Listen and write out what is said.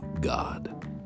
God